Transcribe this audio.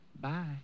Bye